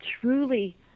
truly